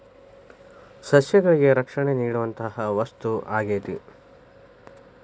ಸಸ್ಯಗಳಿಗೆ ರಕ್ಷಣೆ ನೇಡುವಂತಾ ವಸ್ತು ಆಗೇತಿ